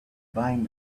buying